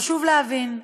חשוב להבין: